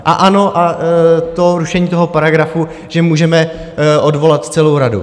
A ano a to rušení toho paragrafu, že můžeme odvolat celou radu.